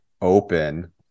open